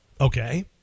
Okay